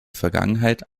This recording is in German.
vergangenheit